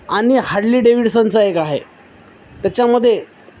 आणि हार्डली डेव्हडसनचा एक आहे त्याच्यामध्ये